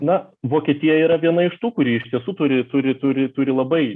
na vokietija yra viena iš tų kuri iš tiesų turi turi turi turi labai